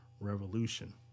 revolution